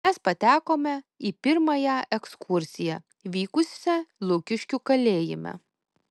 mes patekome į pirmąją ekskursiją vykusią lukiškių kalėjime